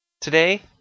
Today